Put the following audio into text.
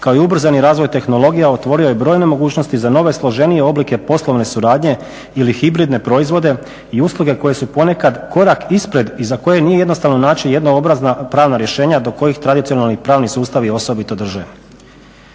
kao i ubrzani razvoj tehnologija otvorio je brojne mogućnosti za nove, složenije oblike poslovne suradnje ili hibridne proizvode i usluge koje su ponekad korak ispred i za koje nije jednostavno naći jednoobrazna pravna rješenja do kojih tradicionalni pravni sustavi osobito drže.